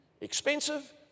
Expensive